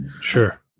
Sure